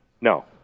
No